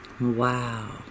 Wow